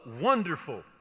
wonderful